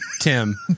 Tim